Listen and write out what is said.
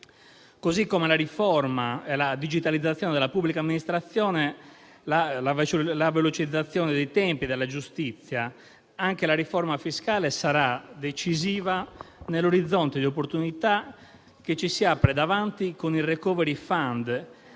così come la riforma e la digitalizzazione della pubblica amministrazione e la velocizzazione dei tempi della giustizia, anche la riforma fiscale sarà decisiva nell'orizzonte di opportunità che ci si apre davanti con il *recovery fund*